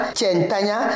Chentanya